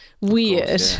weird